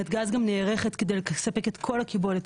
נתג"ז גם נערכת כדי לספק את כל הקיבולת